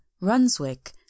Runswick